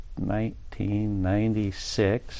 1996